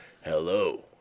hello